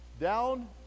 down